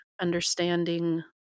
understanding